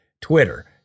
Twitter